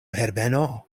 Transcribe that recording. herbeno